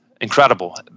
incredible